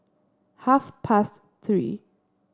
half past Three